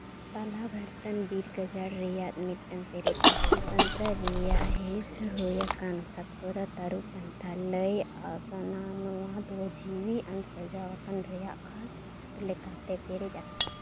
ᱛᱟᱞᱟ ᱵᱷᱟᱨᱛᱚᱱ ᱵᱤᱨ ᱜᱟᱡᱟᱲ ᱨᱮᱭᱟᱜ ᱢᱤᱫᱴᱟᱱ ᱯᱮᱨᱮᱡᱽ ᱵᱟᱥᱛᱩ ᱛᱚᱱᱛᱨᱚ ᱨᱮᱭᱟᱜ ᱦᱤᱸᱥ ᱦᱩᱭ ᱟᱠᱟᱱ ᱥᱟᱛᱯᱩᱨᱟ ᱛᱟᱹᱨᱩᱯ ᱯᱟᱱᱛᱷᱟ ᱞᱟᱹᱭ ᱟᱠᱟᱱᱟ ᱱᱚᱣᱟ ᱫᱚ ᱡᱤᱣᱤ ᱟᱱ ᱥᱟᱡᱟᱣ ᱟᱠᱟᱱ ᱨᱮᱭᱟᱜ ᱠᱷᱟᱥ ᱞᱮᱠᱟᱛᱮ ᱯᱮᱨᱮᱡ ᱟᱠᱟᱱᱟ